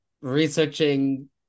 researching